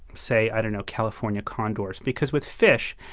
say you know california condors. because with fish,